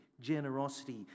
generosity